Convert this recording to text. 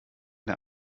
der